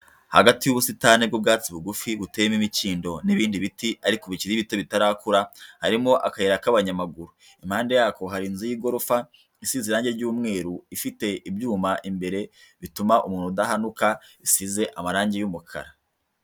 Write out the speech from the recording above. Hagati y'ubusitani bw'ubwatsi bugufi buteyemo imikindo n'ibindi biti ariko bikiri bito bitarakura harimo akayira k'abanyamaguru, impande yako hari inzu y'igorofa isize irange ry'umweru, ifite ibyuma imbere bituma umuntu udahanuka isize amarange y'umukara.